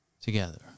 together